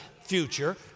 future